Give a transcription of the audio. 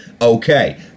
Okay